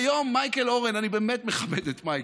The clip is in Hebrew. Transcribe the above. והיום מייקל אורן, אני באמת מכבד את מייקל,